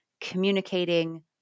communicating